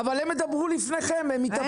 אבל הם ידברו לפניכם, הם מתאפקים.